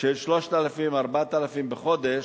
של 3,000 4,000 בחודש,